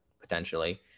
potentially